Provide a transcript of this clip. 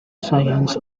science